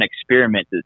experiment